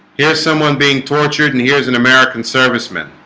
here's someone being tortured and here's an american serviceman